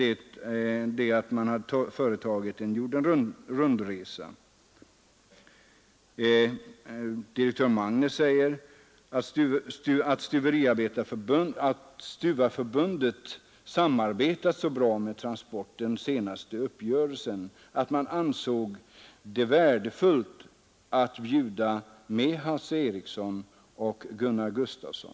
Efter det att man nämnt en jordenruntresa säger direktör Magnäs att ”Stuvareförbundet samarbetat så bra med Transport i senaste uppgörelsen att man ansåg det ”värdefullt” att bjuda med Hasse Ericson